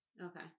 Okay